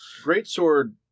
Greatsword